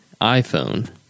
iPhone